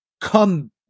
come